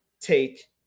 take